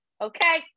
okay